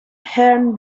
herne